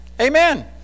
Amen